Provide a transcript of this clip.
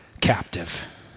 captive